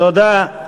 תודה.